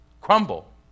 crumble